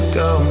go